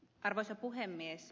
arvoisa puhemies